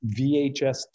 VHS